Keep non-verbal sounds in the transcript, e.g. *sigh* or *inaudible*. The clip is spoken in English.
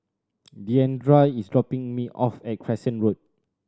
*noise* Deandra is dropping me off at Crescent Road